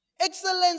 Excellence